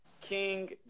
King